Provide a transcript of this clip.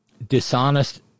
dishonest